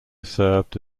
served